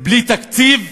בלי תקציב?